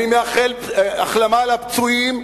אני מאחל החלמה לפצועים,